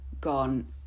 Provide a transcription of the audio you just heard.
gone